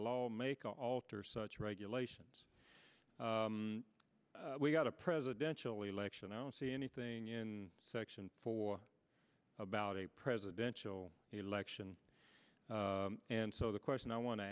law make alter such regulations we got a presidential election i don't see anything in section four about a presidential election and so the question i wan